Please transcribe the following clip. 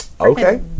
Okay